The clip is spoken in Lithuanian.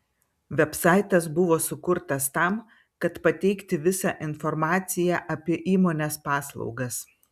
vebsaitas buvo sukurtas tam kad pateikti visą informaciją apie įmonės paslaugas